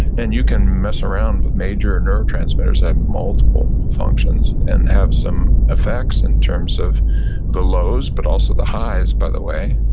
and you can mess around with major nerve transmitters that have multiple functions, and have some effects in terms of the lows, but also the highs by the way,